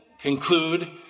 conclude